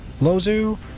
Lozu